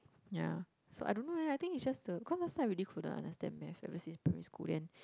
ya so I don't know eh I think it's just the cause last time I really couldn't understand Math unless is primary school then